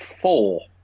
Four